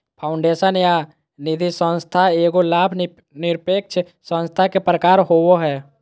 foundation या निधिसंस्था एगो लाभ निरपेक्ष संस्था के प्रकार होवो हय